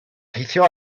teithio